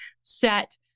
set